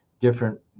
different